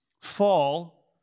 fall